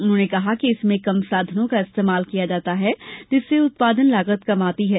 उन्होंने कहा कि इसमें कम साधनों का इस्तेमाल किया जाता है जिससे उत्पादन लागत कम आती है